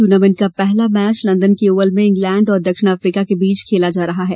tournament का पहला match London के ओवल में इंग्लैंड और दक्षिण अफ्रीका के बीच खेला जा रहा है